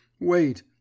Wait